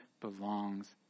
belongs